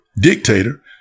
dictator